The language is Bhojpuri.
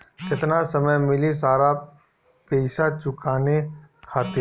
केतना समय मिली सारा पेईसा चुकाने खातिर?